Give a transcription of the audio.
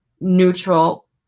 neutral